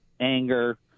anger